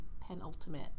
penultimate